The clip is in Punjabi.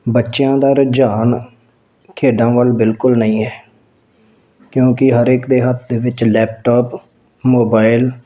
ਬੱਚਿਆਂ ਦਾ ਰੁਝਾਨ ਖੇਡਾਂ ਵੱਲ ਬਿਲਕੁਲ ਨਹੀਂ ਹੈ ਕਿਉਕਿ ਹਰੇਕ ਦੇ ਹੱਥ ਦੇ ਵਿੱਚ ਲੈਪਟੋਪ ਮੋਬਾਈਲ